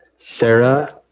Sarah